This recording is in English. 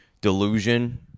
delusion